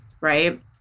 right